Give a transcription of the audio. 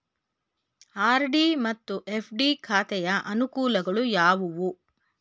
RD ಮತ್ತು FD ಖಾತೆಯ ಅನುಕೂಲಗಳು ಯಾವುವು?